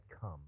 come